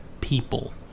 people